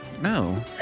No